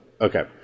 okay